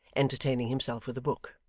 entertaining himself with a book.